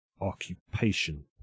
Occupation